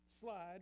slide